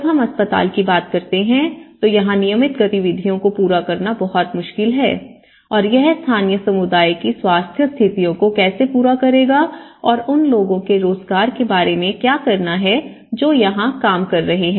जब हम अस्पताल की बात करते हैं तो यहां नियमित गतिविधियों को पूरा करना बहुत मुश्किल है और यह स्थानीय समुदाय की स्वास्थ्य स्थितियों को कैसे पूरा करेगा और उन लोगों के रोजगार के बारे में क्या करना है जो यहां काम कर रहे हैं